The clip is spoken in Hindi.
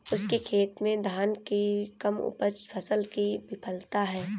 उसके खेत में धान की कम उपज फसल की विफलता है